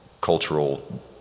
cultural